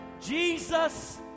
Jesus